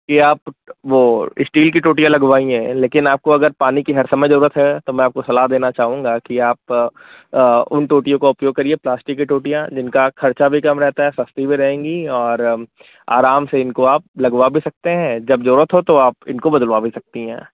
कि आप वो स्टील की टोंटियाँ लगवाई है लेकिन अगर आपको पानी की हर समय जरूरत है तो मैं आपको सलाह देना चाहूंगा कि आप उन टोंटियों का उपयोग करिए प्लास्टिक की टोंटियाँ जिनका खर्चा भी कम रहता है सस्ती भी रहेगी और आराम से आप इनको लगवा भी सकते हैं और जब जरूरत हो तो आप इनको बदलवा भी सकती हैं